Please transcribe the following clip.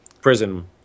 prison